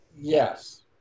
Yes